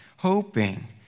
hoping